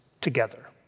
together